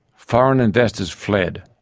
foreign investors fled,